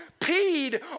peed